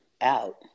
out